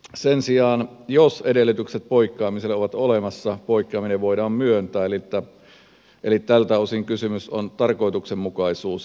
sen sijaan jos edellytykset poikkeamiselle ovat olemassa poikkeaminen voidaan myöntää eli tältä osin kysymys on tarkoituksenmukaisuusharkinnasta